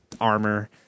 armor